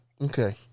Okay